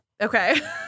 Okay